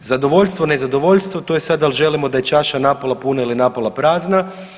Zadovoljstvo, nezadovoljstvo to je sada dal želimo da je čaša napola puna ili napola prazna.